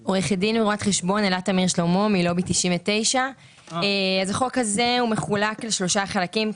אני עו"ד רו"ח אלה תמיר שלמה מלובי 99. החוק הזה מחולק לשלושה חלקים,